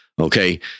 Okay